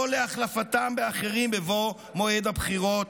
או להחלפתם באחרים בבוא מועד הבחירות",